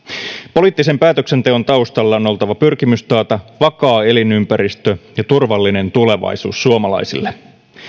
poliittisen päätöksenteon taustalla on on oltava pyrkimys taata vakaa elinympäristö ja turvallinen tulevaisuus suomalaisille